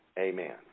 Amen